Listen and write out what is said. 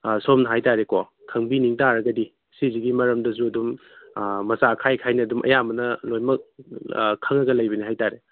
ꯑꯥ ꯁꯣꯝꯅ ꯍꯥꯏꯇꯔꯦꯀꯣ ꯈꯪꯕꯤꯅꯤꯡꯇꯔꯒꯗꯤ ꯁꯤꯁꯤꯒꯤ ꯃꯔꯝꯗꯁꯨ ꯑꯗꯨꯝ ꯑꯥ ꯃꯆꯥ ꯈꯥꯏ ꯈꯥꯏꯅ ꯑꯗꯨꯝ ꯑꯌꯥꯝꯕꯅ ꯂꯣꯏꯅꯃꯛ ꯑꯥ ꯈꯪꯂꯒ ꯂꯩꯕꯅꯤ ꯍꯥꯏꯇꯔꯦ